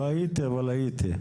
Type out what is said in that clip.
לא הייתי, אבל הייתי.